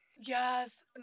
Yes